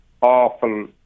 awful